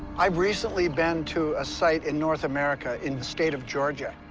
i've recently been to a site in north america in the state of georgia.